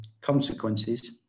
Consequences